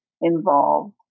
involved